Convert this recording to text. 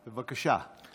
בבקשה.